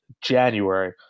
January –